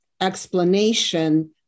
explanation